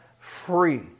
free